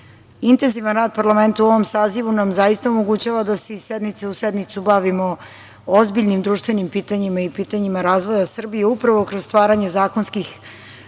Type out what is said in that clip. pažnju. Intenzivan rad parlamenta u ovom sazivu nam zaista omogućava da se iz sednice u sednicu bavimo ozbiljnim društvenim pitanjima i pitanjima razvoja Srbije upravo kroz stvaranje zakonskih